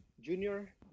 junior